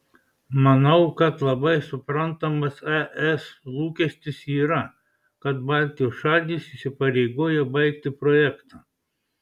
manau kad labai suprantamas es lūkestis yra kad baltijos šalys įsipareigoja baigti projektą